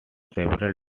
several